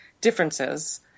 differences